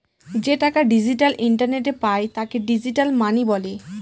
যে টাকা ডিজিটাল ইন্টারনেটে পায় তাকে ডিজিটাল মানি বলে